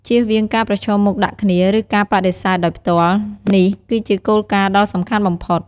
ជៀសវាងការប្រឈមមុខដាក់គ្នា ឬការបដិសេធដោយផ្ទាល់ នេះគឺជាគោលការណ៍ដ៏សំខាន់បំផុត។